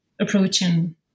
approaching